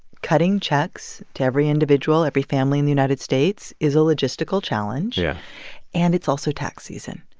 cutting checks to every individual, every family in the united states is a logistical challenge yeah and it's also tax season,